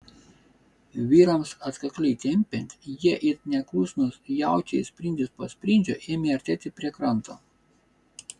vyrams atkakliai tempiant jie it neklusnūs jaučiai sprindis po sprindžio ėmė artėti prie kranto